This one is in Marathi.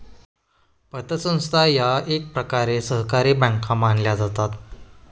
पतसंस्था या एकप्रकारे सहकारी बँका मानल्या जातात